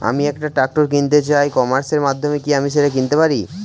আমি একটা ট্রাক্টর কিনতে চাই ই কমার্সের মাধ্যমে কি আমি সেটা কিনতে পারব?